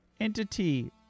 entity